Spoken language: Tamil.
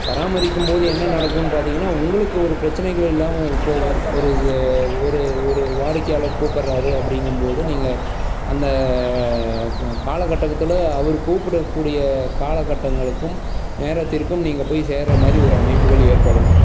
பராமரிக்கும்போது என்ன நடக்கும்னு பார்த்தீங்கன்னா உங்களுக்கு ஒரு பிரச்சினைகள் இல்லாமல் போகும் ஒரு ச ஒரு ஒரு வாடிக்கையாளர் கூப்பிடறாரு அப்படிங்கும்போது நீங்கள் அந்த காலகட்டகத்தில் அவரு கூப்பிட்றக்கூடிய காலகட்டங்களுக்கும் நேரத்திற்கும் நீங்கள் போய் சேர்ற மாதிரி ஒரு அமைப்புகள் ஏற்படும்